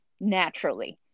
naturally